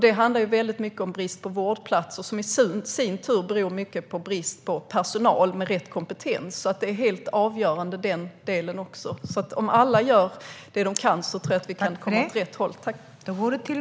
Det handlar till stor del om brist på vårdplatser, som i sin tur till stor del beror på brist på personal med rätt kompetens. Den delen är alltså också avgörande. Om alla gör det de kan tror jag att det kan gå åt rätt håll.